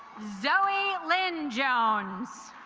zoe lynn jones